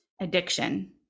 addiction